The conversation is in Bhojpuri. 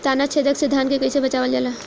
ताना छेदक से धान के कइसे बचावल जाला?